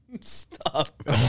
Stop